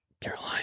Caroline